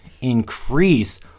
Increase